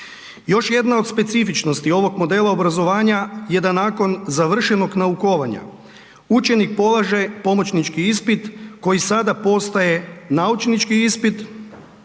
Još jedna od specifičnosti ovog modela obrazovanja je da nakon završenog naukovanja učenik polaže pomoćnički ispit koji sada postaje naučnički ispit,